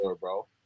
bro